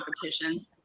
competition